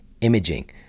imaging